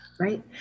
Right